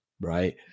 right